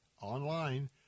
online